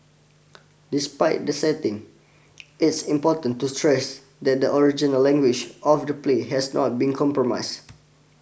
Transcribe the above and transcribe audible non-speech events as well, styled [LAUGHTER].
[NOISE] despite the setting [NOISE] it's important to stress that the original language of the play has not been compromise